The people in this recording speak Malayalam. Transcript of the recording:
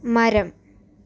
മരം